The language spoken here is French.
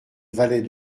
valet